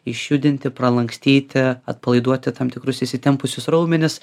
išjudinti palankstyti atpalaiduoti tam tikrus įsitempusius raumenis